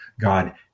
God